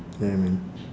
yeah man